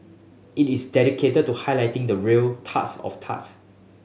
it is dedicated to highlighting the real turds of turds